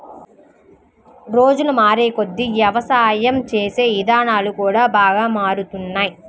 రోజులు మారేకొద్దీ యవసాయం చేసే ఇదానాలు కూడా బాగా మారిపోతున్నాయ్